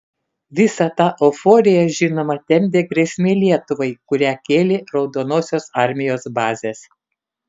visą tą euforiją žinoma temdė grėsmė lietuvai kurią kėlė raudonosios armijos bazės